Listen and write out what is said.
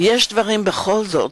יש בינינו דברים משותפים.